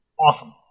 awesome